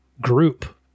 group